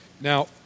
Now